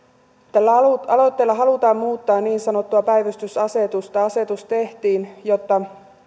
tällä aloitteella halutaan muuttaa niin sanottua päivystysasetusta asetus tehtiin jotta